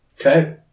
Okay